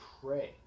pray